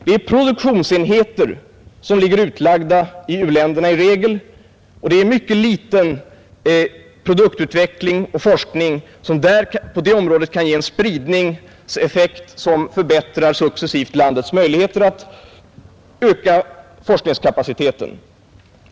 Det är i regel rena produktionsenheter som ligger utlagda i u-länderna, medan produktutveckling och forskning endast i ringa utsträckning får en spridningseffekt, som successivt förbättrar landets möjligheter att öka forskningskapaciteten.